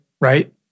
Right